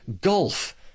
Golf